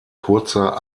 kurzer